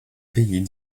pays